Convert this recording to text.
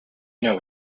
know